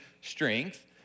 strength